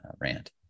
rant